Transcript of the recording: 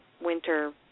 winter